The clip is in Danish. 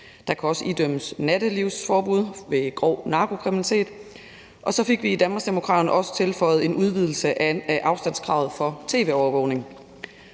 Der kan også idømmes nattelivsforbud ved grov narkokriminalitet, og så fik vi i Danmarksdemokraterne også tilføjet en udvidelse af afstandskravet for tv-overvågning.